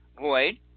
void